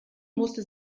musste